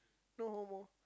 no